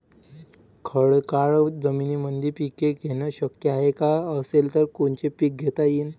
खडकाळ जमीनीमंदी पिके घेणे शक्य हाये का? असेल तर कोनचे पीक घेता येईन?